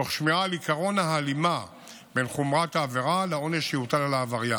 תוך שמירה על עקרון ההלימה בין חומרת העבירה לעונש שיוטל על העבריין.